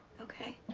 ok.